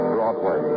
Broadway